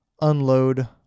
unload